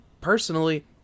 Personally